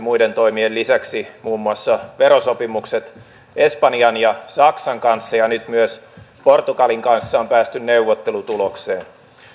muiden toimien lisäksi muun muassa verosopimukset espanjan ja saksan kanssa ja nyt myös portugalin kanssa on päästy neuvottelutulokseen